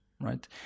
right